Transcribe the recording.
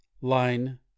line